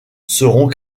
seront